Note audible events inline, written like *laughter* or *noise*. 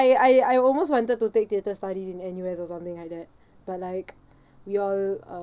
I I I almost wanted to take theatre studies in N_U_S or something like that but like *noise* we all um